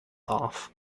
off